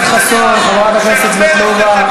חסון, חבר הכנסת נחמן שי.